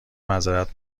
معذرت